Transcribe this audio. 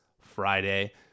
Friday